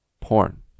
Porn